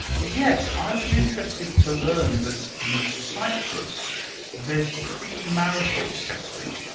yes, i was interested to learn that in cyprus there's premarital testing.